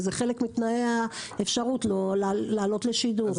וזה חלק מתנאי האפשרות לעלות לשידור.